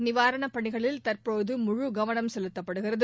நிவாரணப் பணிகளில் தற்போது முழு கவனம் செலுத்தப்படுகிறது